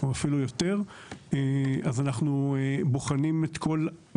כי הביטוח הלאומי הוא האבא והאמא של המכרז